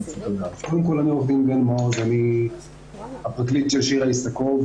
אני הפרקליט של שירה איסקוב.